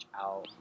out